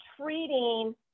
treating